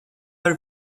are